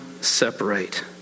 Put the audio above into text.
separate